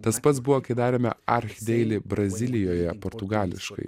tas pats buvo kai darėme archdeily brazilijoje portugališkai